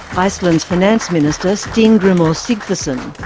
iceland's finance minister, steingrimur sigfusson.